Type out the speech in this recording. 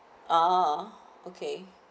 ah okay